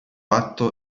atto